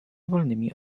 wolnymi